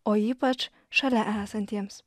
o ypač šalia esantiems